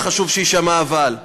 וחשוב שיישמע האבל,